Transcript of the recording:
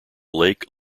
lake